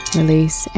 release